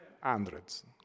Hundreds